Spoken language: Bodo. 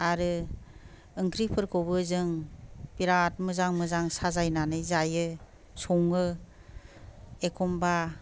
आरो ओंख्रिफोरखौबो जों बिराद मोजां मोजां साजायनानै जायो सङो एखनबा